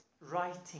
writing